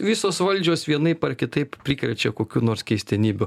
visos valdžios vienaip ar kitaip prikrečia kokių nors keistenybių